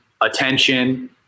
attention